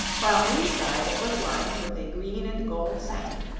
while inside it was lined with a green and gold satin,